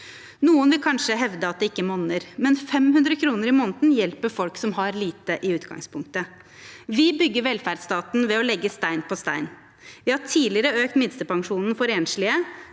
Noen vil kanskje hevde at det ikke monner, men 500 kr i måneden hjelper folk som har lite i utgangspunktet. Vi bygger velferdsstaten ved å legge stein på stein. Vi har tidligere økt minstepensjonen for enslige,